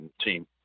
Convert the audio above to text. team